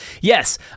Yes